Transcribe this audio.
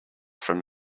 from